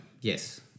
yes